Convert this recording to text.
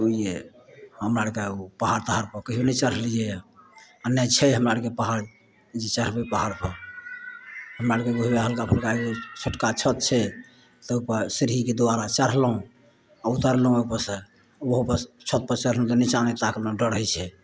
ओहिलिए हमरा आओरके पहाड़ तहाड़पर कहिओ नहि चढ़लिए यऽ आओर नहि छै हमरा आओरके पहाड़ जे चढ़बै पहाड़पर हमरा आओरके तऽ वएह हलका फलका जे छोटका छत छै तऽ ओहिपर सीढ़ीके द्वारा चढ़लहुँ आओर उतरलहुँ ओहिपरसे ओहो बस छतपर चढ़लहुँ तऽ निच्चाँ नहि ताकलहुँ डर होइ छै